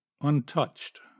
untouched